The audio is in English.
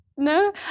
No